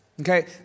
Okay